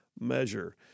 measure